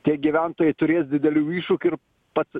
tie gyventojai turės didelių iššūkių ir pats